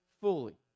Fully